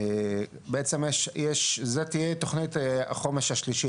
בעצם זאת תהיה תכנית החומש השלישית.